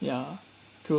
ya true